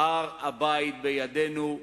"הר-הבית בידינו.